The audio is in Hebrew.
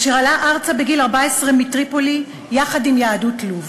אשר עלה ארצה בגיל 14 מטריפולי יחד עם יהדות לוב,